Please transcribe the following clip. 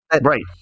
right